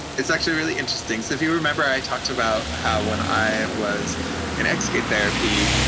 is actually really interesting. so if you remember, i talked about how when i was in ex-gay therapy,